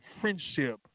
friendship